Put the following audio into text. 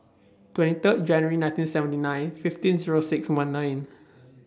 twenty Third January nineteen seventy nine fifteen Zero six one nine